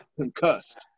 concussed